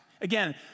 Again